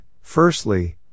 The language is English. Firstly